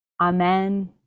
Amen